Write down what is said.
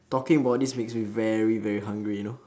talking about this makes me very very hungry you know